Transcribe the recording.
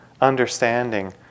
understanding